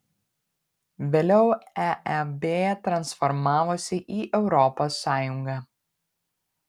vėliau eeb transformavosi į europos sąjungą